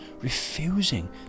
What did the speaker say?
refusing